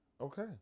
Okay